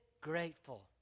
grateful